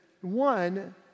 one